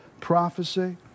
prophecy